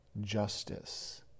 justice